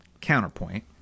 counterpoint